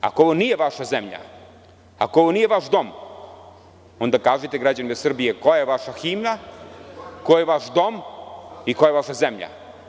Ako ovo nije vaša zemlja, ako ovo nije vaš dom, onda kažite građanima Srbije koja je vaša himna, ko je vaš dom i koja je vaša zemlja.